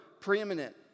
preeminent